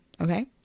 Okay